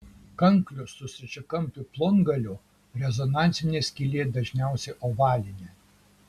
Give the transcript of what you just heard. kanklių su stačiakampiu plongaliu rezonansinė skylė dažniausiai ovalinė